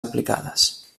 aplicades